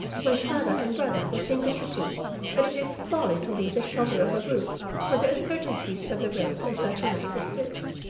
my father and brother will think as you do that it is folly to leave the shelter of a roof for the uncertainties of the road on such a night as this,